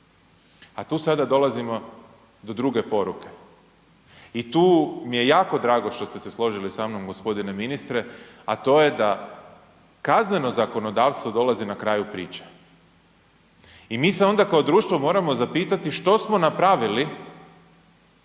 A tu sada dolazimo do druge poruke i tu mi je jako drago što ste se složi sa mnom gospodine ministre, a to je da kazneno zakonodavstvo dolazi na kraju priče. I mi se onda kao društvo moramo zapitati što smo napravili